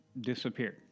disappeared